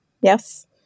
Yes